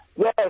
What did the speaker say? Yes